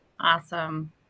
Awesome